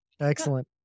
Excellent